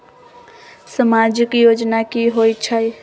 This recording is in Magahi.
समाजिक योजना की होई छई?